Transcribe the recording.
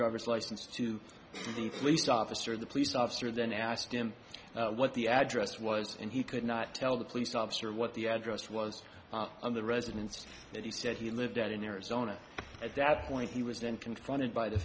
driver's license to the police officer the police officer then asked him what the address was and he could not tell the police officer what the address was on the residence that he said he lived at in arizona at that point he was then confronted